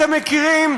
אתם מכירים,